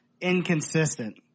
inconsistent